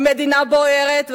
המדינה בוערת,